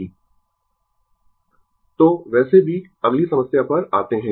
Refer Slide Time 0059 तो वैसे भी अगली समस्या पर आते है